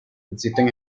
existen